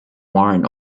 warren